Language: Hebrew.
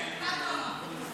תת-רמה, תת-רמה.